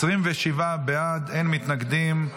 27 בעד, אין מתנגדים.